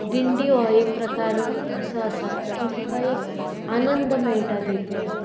दिंडी हो एक प्रकार असो आसा की तुका एक आनंद मेळटा तितून